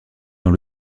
dans